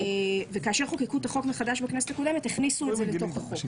כאשר חוקקו את החוק מחדש בכנסת הקודמת הכניסו את זה לתוך החוק.